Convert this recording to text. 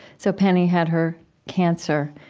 so penny had her cancer.